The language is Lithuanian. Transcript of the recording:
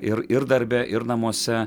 ir ir darbe ir namuose